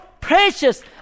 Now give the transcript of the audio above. precious